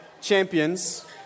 champions